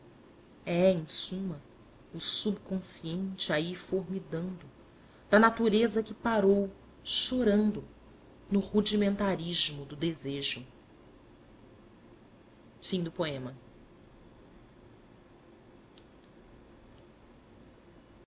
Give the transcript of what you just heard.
em suma o subconsciente aí formidando da natureza que parou chorando no rudimentarismo do desejo no